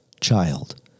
child